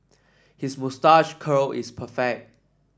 his moustache curl is perfect